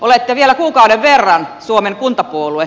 olette vielä kuukauden verran suomen kuntapuolue